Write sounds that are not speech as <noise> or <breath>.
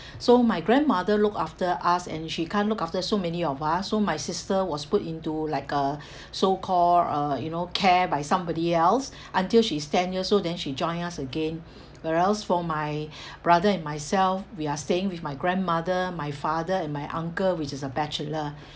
<breath> so my grandmother looked after us and she can't look after so many of us so my sister was put into like a <breath> so-called uh you know care by somebody else until she's ten years old then she join us again whereas for my <breath> brother and myself we are staying with my grandmother my father and my uncle which is a bachelor